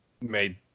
made